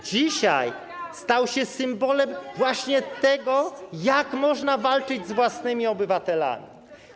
dzisiaj stał się symbolem właśnie tego, jak można walczyć z własnymi obywatelami.